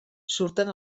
surten